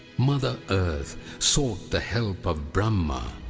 mother earth sought the help of brahma,